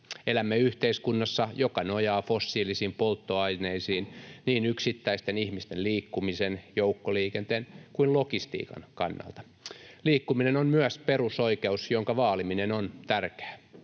Elämme yhteiskunnassa, joka nojaa fossiilisiin polttoaineisiin niin yksittäisten ihmisten liikkumisen, joukkoliikenteen kuin logistiikan kannalta. Liikkuminen on myös perusoikeus, jonka vaaliminen on tärkeää.